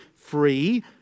free